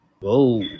whoa